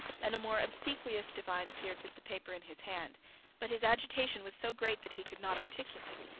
and a more obsequious divine appeared with the paper in his hand but his agitation was so great that he could not articulate.